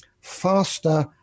faster